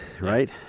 right